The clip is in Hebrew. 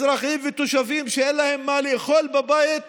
אזרחים ותושבים שאין להם מה לאכול בבית